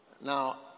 Now